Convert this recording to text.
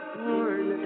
born